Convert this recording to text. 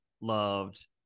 loved